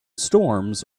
storms